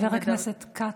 חבר הכנסת כץ.